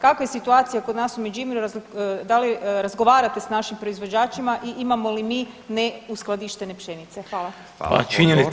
Kakva je situacija kod nas u Međimurju da li razgovarate sa našim proizvođačima i imamo li mi neuskladištene pšenice.